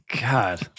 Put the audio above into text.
God